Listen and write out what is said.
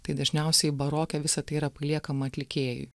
tai dažniausiai baroke visa tai yra paliekama atlikėjui